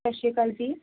ਸਤਿ ਸ਼੍ਰੀ ਅਕਾਲ ਜੀ